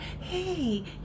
hey